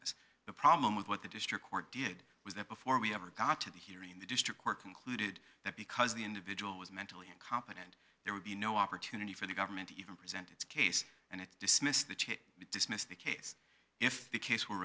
ss the problem with what the district court did was that before we ever got to the here in the district court concluded that because the individual was mentally incompetent there would be no opportunity for the government even present its case and it dismissed the to dismiss the case if the case were